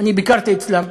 ביקרתי אצלם,